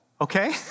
okay